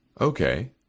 Okay